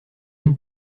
même